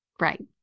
Right